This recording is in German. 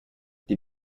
die